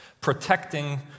protecting